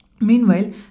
Meanwhile